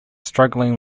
struggling